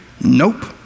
Nope